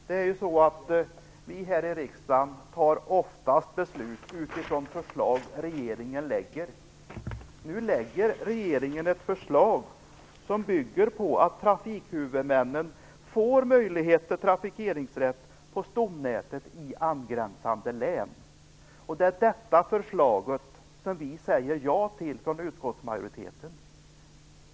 Herr talman! Vi här i riksdagen fattar oftast beslut utifrån förslag som regeringen lägger fram. Nu lägger regeringen fram ett förslag som bygger på att trafikhuvudmännen får möjlighet till trafikeringsrätt på stomnätet i angränsande län. Det är detta förslag som utskottsmajoriteten säger ja till.